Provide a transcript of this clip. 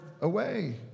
away